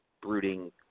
brooding